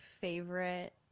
favorite